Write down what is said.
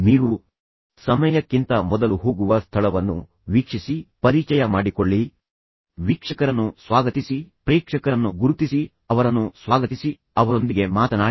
ನೀವು ಸಮಯಕ್ಕಿಂತ ಮೊದಲು ಸ್ಥಳಕ್ಕೆ ಹೋಗುವ ಸ್ಥಳವನ್ನು ವೀಕ್ಷಿಸಿ ಅನುಭವಿಸಿ ಸ್ಥಳದ ಪರಿಚಯ ಮಾಡಿಕೊಳ್ಳಿ ವೀಕ್ಷಕರನ್ನು ಸ್ವಾಗತಿಸಿ ಪ್ರೇಕ್ಷಕರನ್ನು ಗುರುತಿಸಿ ಅವರನ್ನು ಸ್ವಾಗತಿಸಿ ಅವರೊಂದಿಗೆ ಮಾತನಾಡಿ